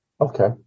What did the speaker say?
Okay